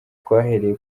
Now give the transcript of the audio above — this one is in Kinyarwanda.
twahereye